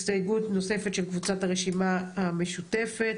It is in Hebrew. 1, קבוצת הרשימה המשותפת.